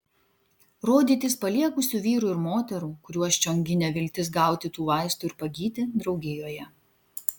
rodytis paliegusių vyrų ir moterų kuriuos čion ginė viltis gauti tų vaistų ir pagyti draugijoje